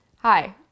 Hi